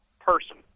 person